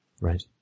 Right